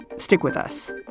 stick with us.